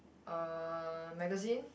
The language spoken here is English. uh magazine